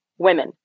women